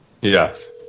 Yes